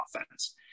offense